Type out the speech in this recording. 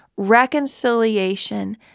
Reconciliation